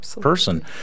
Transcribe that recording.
person